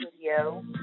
video